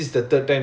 ya